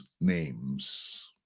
names